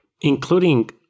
including